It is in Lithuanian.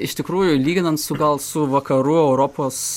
iš tikrųjų lyginant su gal su vakarų europos